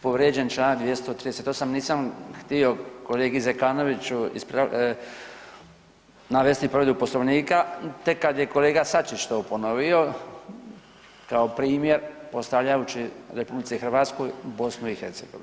Povrijeđen je čl. 238., nisam htio kolegi Zekanoviću navesti povredu Poslovnika, tek kad je kolega Sačić to ponovio, kao primjer predstavljajući RH BiH.